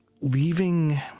leaving